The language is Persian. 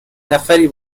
نفری